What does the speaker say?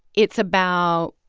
it's about